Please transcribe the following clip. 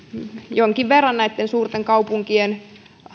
jonkin verran näitten suurten kaupunkien